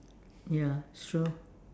ya true